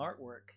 artwork